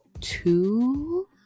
two